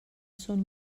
són